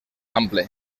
ample